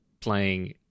playing